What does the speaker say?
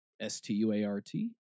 S-T-U-A-R-T